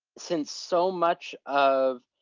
since so much of